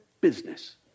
business